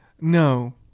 No